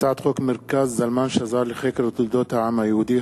הצעת חוק מרכז זלמן שזר לחקר תולדות העם היהודי,